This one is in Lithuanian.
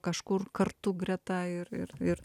kažkur kartu greta ir ir ir